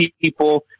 people